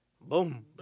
boom